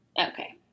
okay